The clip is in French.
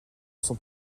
sont